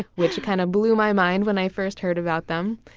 which kind of blew my mind when i first heard about them.